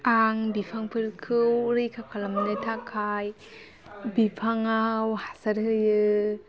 आं बिफांफोरखौ रैखा खालामनो थाखाय बिफाङाव हासार होयो